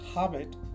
habit